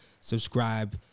subscribe